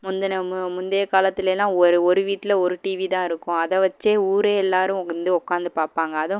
முந்தின மு முந்திய காலத்துலேலாம் ஒரு ஒரு வீட்டில் ஒரு டிவி தான் இருக்கும் அதை வெச்சே ஊரே எல்லோரும் வந்து உட்காந்து பார்ப்பாங்க அதுவும்